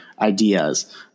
ideas